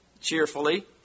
cheerfully